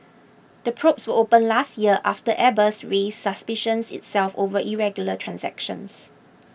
the probes were opened last year after Airbus raised suspicions itself over irregular transactions